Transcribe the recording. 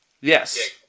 Yes